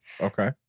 Okay